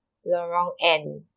lorong N